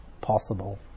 possible